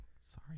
sorry